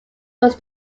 was